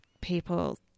people